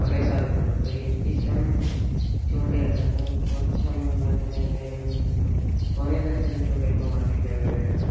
കുറേ സാധനങ്ങൾ ഉണ്ട് എനിക്ക് ഇഷ്ടം ചൂണ്ടയാണ് കുറച്ചു സമയം നിന്നാൽ തന്നെ വേഗം മീൻ കിട്ടും കുറേ തരത്തിലുള്ള ചൂണ്ട ഇപ്പം മാർക്കറ്റിൽ അവൈലബിൾ ആണ്